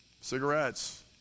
cigarettes